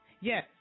Yes